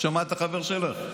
שמעת את החבר שלך?